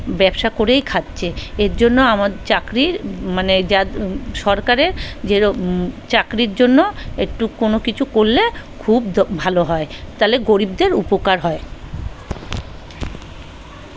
ব্যবসা করেই খাচ্ছে এর জন্য আমা চাকরির মানে যাদ সরকারের যের চাকরির জন্য একটু কোনো কিছু করলে খুব দ ভালো হয় তাহলে গরিবদের উপকার হয়